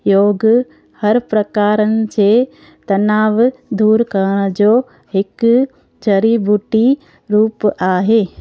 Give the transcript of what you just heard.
योग हर प्रकारनि जे तनाव दूरि करण जो हिकु जड़ी बूटी रूप आहे